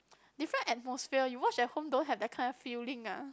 different atmosphere you watch at home don't have that kind of feeling ah